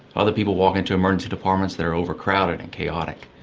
other people walk into emergency departments that are overcrowded and chaotic.